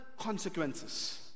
consequences